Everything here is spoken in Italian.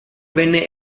venne